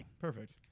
Perfect